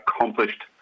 accomplished